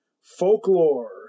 Folklore